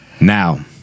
now